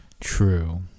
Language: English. true